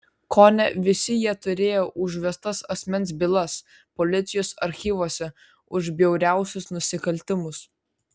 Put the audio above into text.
kone visi jie turėjo užvestas asmens bylas policijos archyvuose už bjauriausius nusikaltimus